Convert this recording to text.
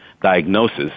diagnosis